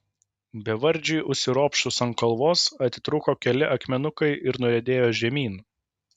bevardžiui užsiropštus ant kalvos atitrūko keli akmenukai ir nuriedėjo žemyn